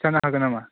खिथानो हागोन नामा